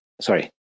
sorry